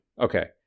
Okay